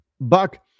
Buck